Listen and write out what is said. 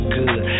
good